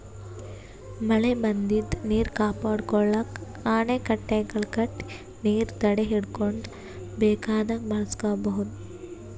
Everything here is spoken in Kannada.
ಮಳಿ ಬಂದಿದ್ದ್ ನೀರ್ ಕಾಪಾಡ್ಕೊಳಕ್ಕ್ ಅಣೆಕಟ್ಟೆಗಳ್ ಕಟ್ಟಿ ನೀರ್ ತಡೆಹಿಡ್ಕೊಂಡ್ ಬೇಕಾದಾಗ್ ಬಳಸ್ಕೋಬಹುದ್